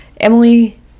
Emily